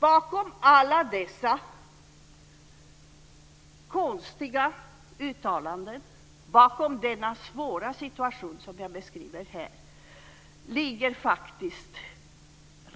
Bakom alla dessa konstiga uttalanden, bakom denna svåra situation som jag beskriver här, ligger